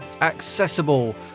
accessible